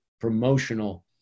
promotional